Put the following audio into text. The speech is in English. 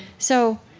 so,